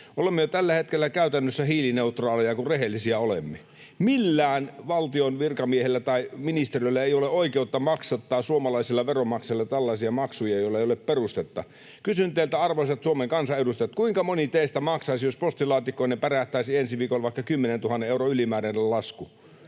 Olemme jo tällä hetkellä käytännössä hiilineutraaleja, kun rehellisiä olemme. Millään valtion virkamiehellä tai ministeriöllä ei ole oikeutta maksattaa suomalaisilla veronmaksajilla tällaisia maksuja, joille ei ole perustetta. Kysyn teiltä, arvoisat Suomen kansan edustajat: kuinka moni teistä maksaisi, jos postilaatikkoonne pärähtäisi ensi viikolla vaikka 10 000 euron ylimääräinen lasku?